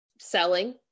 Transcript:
selling